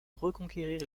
reconquérir